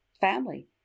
family